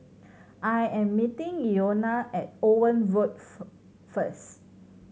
I am meeting Llona at Owen Road first